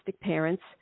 parents